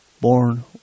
born